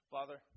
Father